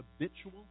habitual